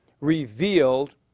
revealed